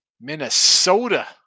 Minnesota